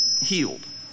healed